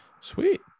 Sweet